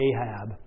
Ahab